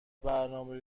برنامه